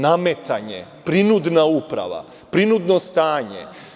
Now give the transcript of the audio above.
Nametanje, prinudna uprava, prinudno stanje.